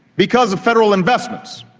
because of federal investments,